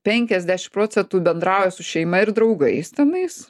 penkiasdešim procentų bendrauja su šeima ir draugais tenais